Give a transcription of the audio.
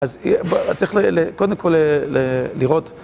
אז צריך קודם כל לראות